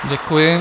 Děkuji.